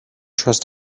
trust